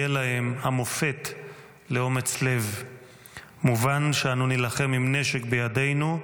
להם המופת לאומץ לב -- -מובן שאנו נילחם עם הנשק בידינו,